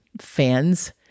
fans